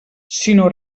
sinó